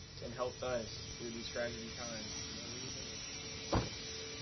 and helped us through these tragedy times and their reason is the reason we are alive